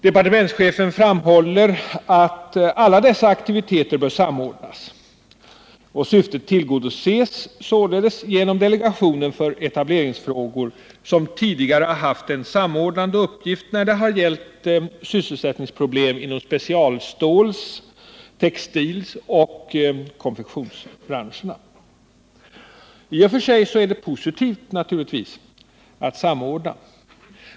Departementschefen skriver att alla dessa aktiviteter bör samordnas, och detta syfte tillgodoses således genom delegationen för etableringsfrågor, som tidigare har haft en samordnande uppgift när det gällt sysselsättningsproblem inom specialståls-, textiloch konfektionsbranschen. I och för sig är det naturligtvis positivt att samordna.